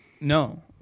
No